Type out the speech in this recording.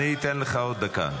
אני אתן לך עוד דקה.